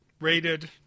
rated